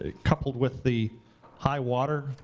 ah coupled with the high water,